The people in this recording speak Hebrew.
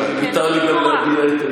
הרי מותר לי גם להביע את עמדתי.